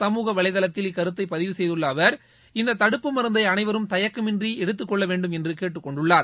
சமூக வலைதளத்தில் இக்கருத்தை பதிவு செய்துள்ள அவர் இந்த தடுப்பு மருந்தை அனைவரும் தயக்கமின்றி செலுத்திக் கொள்ள வேண்டும் என்று கேட்டுக் கொண்டுள்ளார்